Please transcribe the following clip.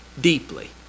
deeply